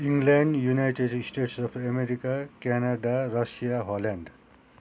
England United States of America Canada Russia Holland